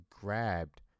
grabbed